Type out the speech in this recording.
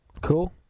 Cool